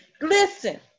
listen